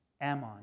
Ammon